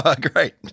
Great